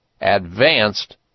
advanced